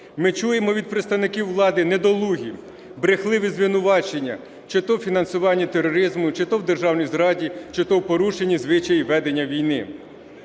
Ми чуємо від представників влади недолугі брехливі звинувачення чи то фінансування тероризму, чи то в державній зраді, чи то в порушенні звичаїв ведення війни.